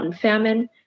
famine